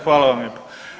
Hvala vam lijepo.